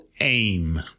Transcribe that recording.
aim